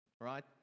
right